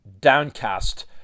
downcast